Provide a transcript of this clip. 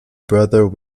brother